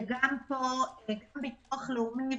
גם פה ביטוח לאומי,